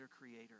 creator